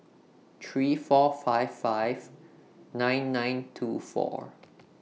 three four five five nine nine two four